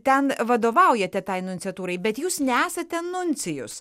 ten vadovaujate tai nunciatūrai bet jūs nesate nuncijus